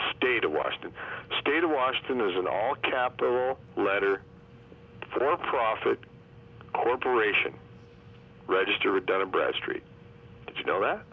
state of washington state of washington isn't all capital letter for profit corporation register a debtor bradstreet did you know that